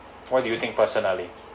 what do you think personally